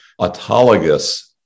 autologous